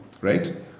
right